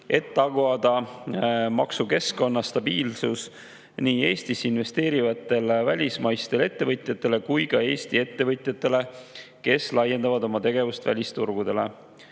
et tagada maksukeskkonna stabiilsus nii Eestisse investeerivate välismaiste ettevõtjate jaoks kui ka Eesti ettevõtjate jaoks, kes laiendavad oma tegevust välisturgudele.